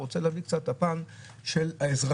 אני רוצה להביא את הפן של האזרחים,